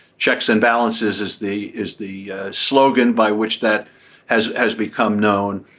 checks and balances is the is the slogan by which that has has become known.